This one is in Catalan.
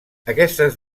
aquestes